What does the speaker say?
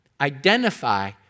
identify